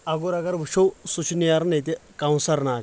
اگُر اگر وٕچھو سُہ چھُ نیٚران ییٚتہِ کونثر ناگہٕ پٮ۪ٹھ